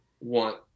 want